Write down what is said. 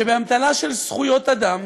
שבאמתלה של זכויות אדם